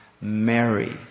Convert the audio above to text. Mary